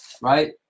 right